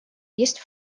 есть